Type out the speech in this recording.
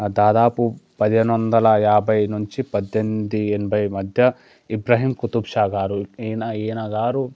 దాదాపు పదిహేను వందల యాభై నుంచి పద్దెమిది ఎనభై మధ్య ఇబ్రహీం కుతుబ్షా గారు ఈయన ఈయన గారు